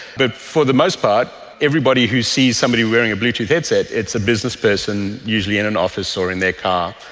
but for the most part, everybody who sees somebody wearing a bluetooth headset, it's a businessperson usually in an office or in their car,